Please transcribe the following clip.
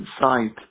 inside